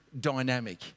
dynamic